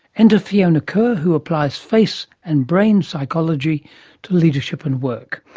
enter fiona kerr who applies face and brain psychology to leadership and work.